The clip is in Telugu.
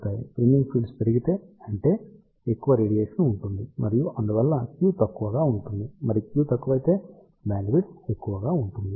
ఫ్రీన్జింగ్ ఫీల్డ్స్ పెరిగితే అంటే ఎక్కువ రేడియేషన్ ఉంటుంది మరియు అందువల్ల Q తక్కువగా ఉంటుంది మరియు Q తక్కువైతే బ్యాండ్విడ్త్ ఎక్కువగా ఉంటుంది